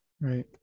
Right